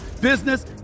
business